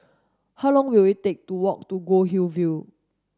how long will it take to walk to Goldhill View